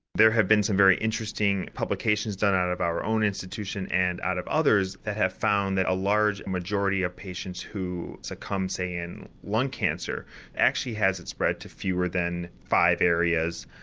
there have been some very interesting publications done out of our own institution and out of others that have found that a large and majority of patients who succumb, say, in lung cancer actually has its spread to fewer than five areas.